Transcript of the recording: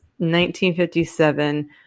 1957